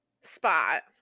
spot